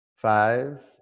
Five